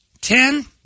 Ten